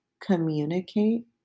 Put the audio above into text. communicate